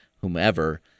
whomever